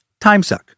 timesuck